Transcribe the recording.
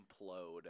implode